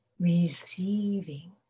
receiving